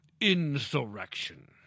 insurrection